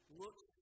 looks